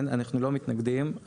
אנחנו לא מתנגדים,